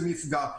זה מפגע.